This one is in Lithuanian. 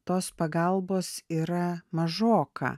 tos pagalbos yra mažoka